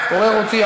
סובייקטיבית,